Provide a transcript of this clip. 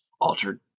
altered